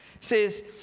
says